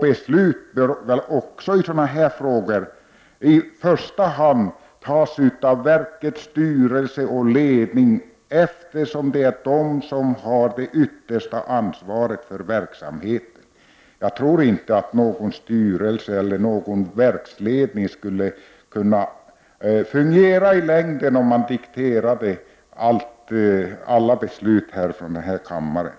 Beslut bör väl också i sådana frågor i första hand fattas av verkets styrelse och ledning, eftersom det är de som har det yttersta ansvaret för verksamheten. Jag tror inte att någon styrelse eller någon verksledning skulle fungera i längden, om alla beslut dikterades från den här kammaren.